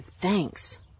thanks